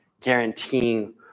guaranteeing